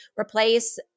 replace